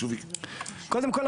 קודם כל,